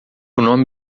nome